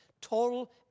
total